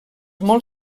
molt